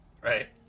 Right